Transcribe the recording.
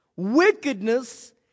Wickedness